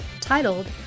Titled